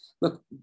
Look